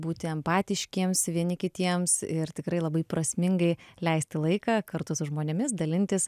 būti empatiškiems vieni kitiems ir tikrai labai prasmingai leisti laiką kartu su žmonėmis dalintis